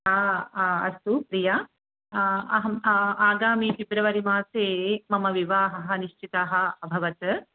अस्तु प्रिया अहम् आगामी फिब्रुवरि मासे मम विवाहः निश्चितः अभवत्